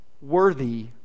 worthy